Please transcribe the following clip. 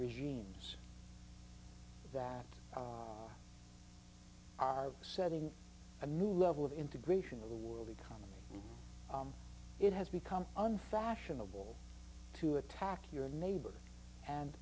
regimes that are setting a new level of integration of the world economy it has become unfashionable to attack your neighbor and